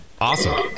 awesome